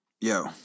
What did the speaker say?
Yo